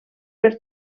per